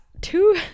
two